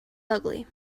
ugly